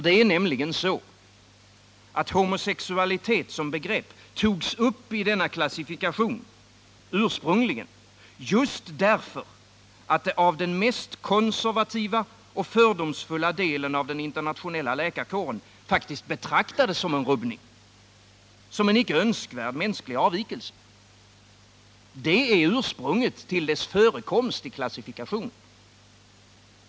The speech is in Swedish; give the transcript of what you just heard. Det är nämligen så, att homosexualitet som begrepp ursprungligen togs upp i denna klassifikation just därför att det av den mest konservativa och fördomsfulla delen av den internationella läkarkåren faktiskt betraktades som en rubbning, som en icke önskvärd mänsklig avvikelse. Det är ursprunget till dess förekomst i klassifikationen.